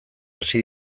hasi